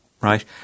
right